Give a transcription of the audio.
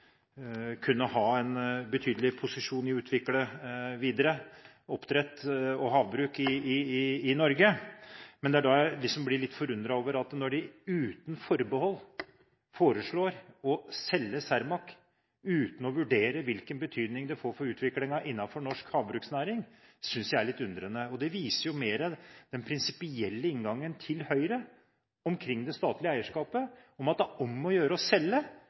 kunne ha en betydelig posisjon med hensyn til å utvikle videre oppdrett og havbruk i Norge. Det er da jeg blir litt forundret når de uten forbehold foreslår å selge Cermaq, uten å vurdere hvilken betydning det får for utviklingen innenfor norsk havbruksnæring. Det synes jeg er litt underlig. Det viser den prinsipielle inngangen til Høyre til det statlige eierskapet, om at det er om å gjøre å selge